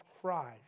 Christ